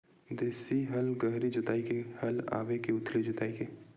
देशी हल गहरी जोताई के हल आवे के उथली जोताई के?